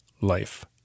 Life